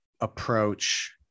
approach